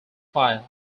fire